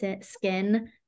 skin